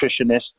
nutritionist